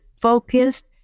focused